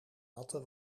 natte